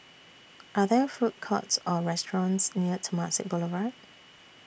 Are There Food Courts Or restaurants near Temasek Boulevard